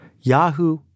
Yahoo